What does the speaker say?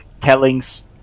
tellings